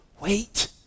wait